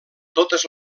totes